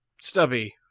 stubby